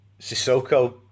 Sissoko